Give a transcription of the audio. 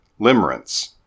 limerence